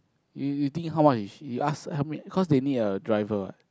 you you think how much is you ask help me cause they need a driver what